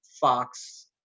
Fox